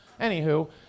Anywho